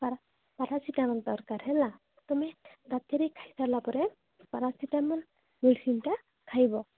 paracetamol ଦରକାର ହେଲା ତୁମେ ରାତିରେ ଖାଇ ସାରିଲା ପରେ ପାରାସିିଟାମଲ୍ ମେଡିସିନ୍ଟା ଖାଇବ